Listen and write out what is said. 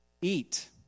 eat